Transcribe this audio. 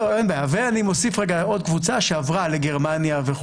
אני מוסיף עוד קבוצה שעברה לגרמניה.